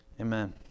Amen